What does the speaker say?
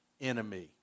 enemy